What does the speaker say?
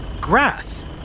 grass